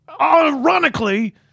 ironically